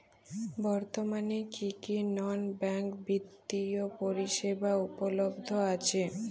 বর্তমানে কী কী নন ব্যাঙ্ক বিত্তীয় পরিষেবা উপলব্ধ আছে?